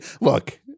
Look